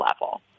level